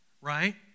right